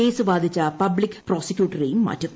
case വാദിച്ച public പ്രോസിക്യൂട്ടറെയും മാറ്റും